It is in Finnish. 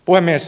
puhemies